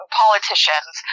politicians